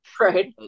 right